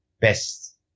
best